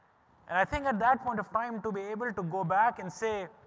and i think at that point of time to be able to go back and say,